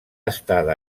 estada